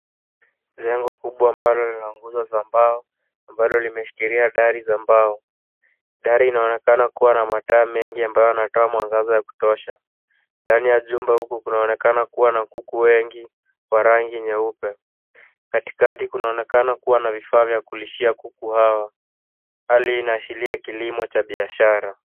Jengo kubwa ambalo lina nguzo za ambalo limeshikilia dari za mbao. Dari inaonekana kuwa na mataa mengi ambayo yanatoa mwangaza wa kutosha. Ndana ya juma kunaonekana kuwa na kuku wengi wa rangi nyeupe. Katikati kunaonekana kuwa na vifaa vya kulishia kuku hawa. Hali inaashiria kilimo cha biashara.